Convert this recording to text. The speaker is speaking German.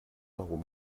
darum